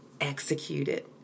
executed